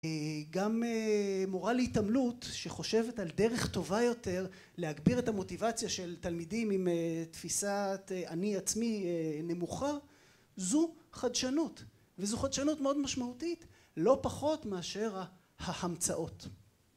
גם מורה להתעמלות שחושבת על דרך טובה יותר להגביר את המוטיבציה של תלמידים עם תפיסת אני עצמי נמוכה, זו חדשנות וזו חדשנות, מאוד משמעותית לא פחות מאשר ההמצאות